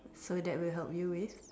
so that will help you with